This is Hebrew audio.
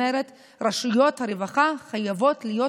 אני אומרת: רשויות הרווחה חייבות להיות